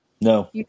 No